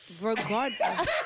regardless